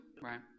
Right